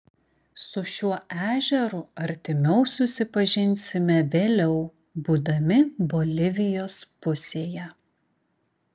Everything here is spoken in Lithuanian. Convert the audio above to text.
su šiuo ežeru artimiau susipažinsime vėliau būdami bolivijos pusėje